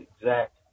exact